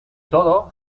todo